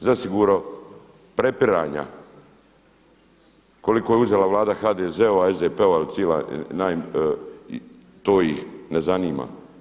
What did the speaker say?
zasigurno prepiranja koliko je uzela Vlada HDZ-ova, SDP-ova, to ih ne zanima.